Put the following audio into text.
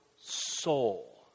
soul